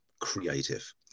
creative